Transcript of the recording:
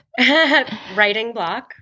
WritingBlock